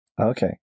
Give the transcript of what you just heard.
Okay